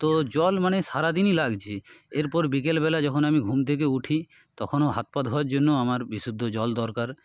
তো জল মানে সারাদিনই লাগছে এরপর বিকেলবেলা যখন আমি ঘুম থেকে উঠি তখনও হাত পা ধোয়ার জন্য আমার বিশুদ্ধ জল দরকার